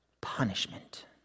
punishment